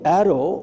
arrow